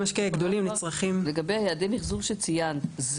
לגבי יעדי המחזור שציינת,